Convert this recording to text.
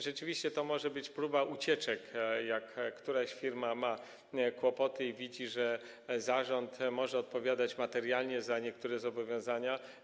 Rzeczywiście to może być próba ucieczki wtedy, gdy jakaś firma ma kłopoty i widzi, że zarząd może odpowiadać materialnie za niektóre zobowiązania.